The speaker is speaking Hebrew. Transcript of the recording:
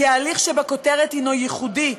כי ההליך שבכותרת הנו ייחודי,